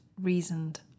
reasoned